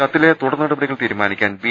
കത്തിൽ തുടർ നടപടികൾ തീരു മാ നി ക്കാൻ ബി